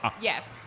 Yes